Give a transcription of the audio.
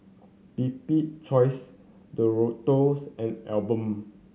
Bibik's Choice Doritos and Alpen